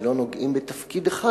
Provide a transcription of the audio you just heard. ולא נוגעים בתפקיד אחד,